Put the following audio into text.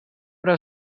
però